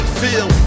feel